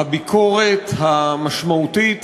הביקורת המשמעותית